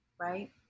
Right